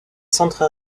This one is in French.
centre